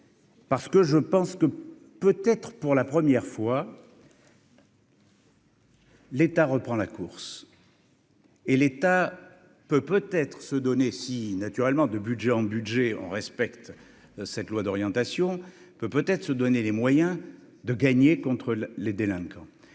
parce que je pense que peut être, pour la première fois. L'État reprend la course et l'état peut peut être se donner si naturellement de budget en budget on respecte cette loi d'orientation peut peut-être se donner les moyens de gagner contre les délinquants